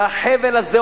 והחבל הזה,